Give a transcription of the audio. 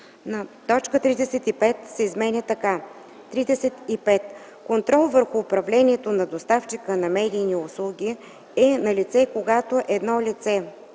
н) точка 35 се изменя така: „35. „Контрол върху управлението на доставчика на медийни услуги „е налице, когато едно лице: